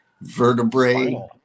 vertebrae